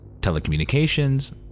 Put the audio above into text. telecommunications